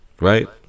right